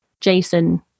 Jason